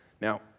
Now